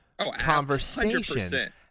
conversation